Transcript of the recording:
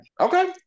Okay